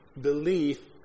belief